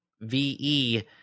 ve